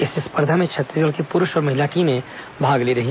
इस स्पर्धा में छत्तीसगढ़ की पुरूष और महिला टीमें भी भाग लेंगी